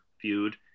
feud